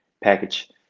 package